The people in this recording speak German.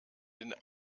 den